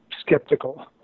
skeptical